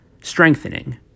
strengthening